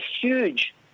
huge